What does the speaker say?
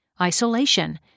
isolation